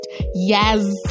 Yes